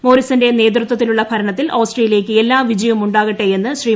മോറിസന്റെ നേതൃത്വത്തിലുള്ള ഭരണത്തിൽ ഓസ്ട്രേലിയ്ക്ക് എല്ലാ വിജയവും ഉണ്ടാകട്ടെയെന്ന് ശ്രീ